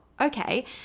okay